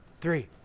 three